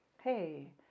hey